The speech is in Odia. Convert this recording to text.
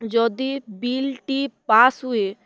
ଯଦି ବିଲ୍ଟି ପାସ୍ ହୁଏ